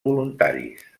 voluntaris